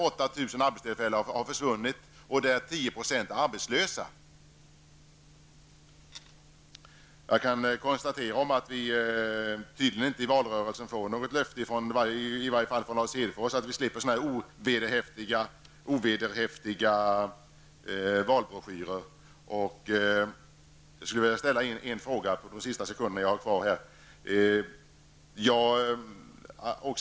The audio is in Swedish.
8 000 arbetstillfällen har försvunnit, och det finns en arbetslöshet på 10 %. Jag kan konstatera att vi i varje fall från Lars Hedforts tydligen inte får något löfte i om att i valrörelsen slippa ovederhäftiga valbroschyrer. Under de sista sekunder jag har kvar av min taletid vill jag ställa ännu en fråga.